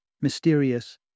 mysterious